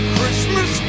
Christmas